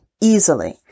easily